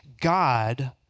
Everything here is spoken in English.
God